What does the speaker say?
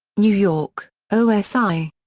new york osi.